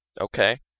Okay